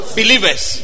believers